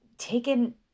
taken